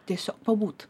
tiesiog pabūt